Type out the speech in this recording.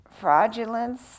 fraudulence